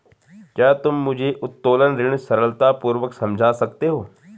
क्या तुम मुझे उत्तोलन ऋण सरलतापूर्वक समझा सकते हो?